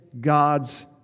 God's